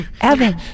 Evan